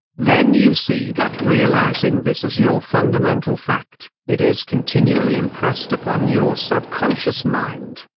then you see that realising this as your fundamental fact, it is continually impressed upon your subconscious mind,